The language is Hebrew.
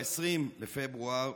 ב-20 בפברואר,